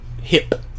hip